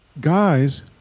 Guys